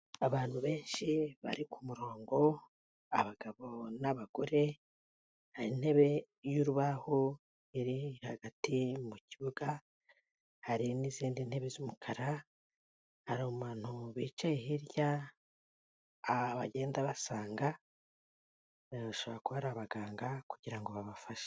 Abantu benshi bari ku murongo, abagabo n'abagore, hari intebe y'urubaho iri hagati mu kibuga, hari n'izindi ntebe z'umukara, hari umuntu wicaye hirya bagenda basanga, bashobora kuba ari abaganga kugira ngo babafashe.